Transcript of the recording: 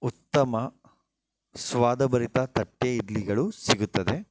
ಉತ್ತಮ ಸ್ವಾದ ಭರಿತ ತಟ್ಟೆ ಇಡ್ಲಿಗಳು ಸಿಗುತ್ತದೆ